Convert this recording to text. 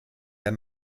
der